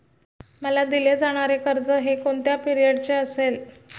मला दिले जाणारे कर्ज हे कोणत्या पिरियडचे असेल?